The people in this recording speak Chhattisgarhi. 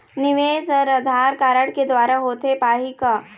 निवेश हर आधार कारड के द्वारा होथे पाही का?